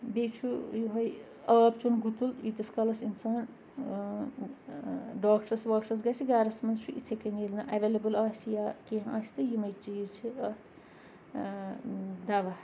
بیٚیہِ چھُ یہے آب چون گُتُل ییٖتِس کالَس اِنسان ڈاکٹرَس واکٹرَس گژھِ گَرَس منٛز چھُ اِتھَے کٔنۍ ییٚلہِ نہٕ اویلیبٕل آسہِ یا کینٛہہ آسہِ تہٕ یِمَے چیٖز چھِ اَتھ دَوا